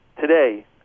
today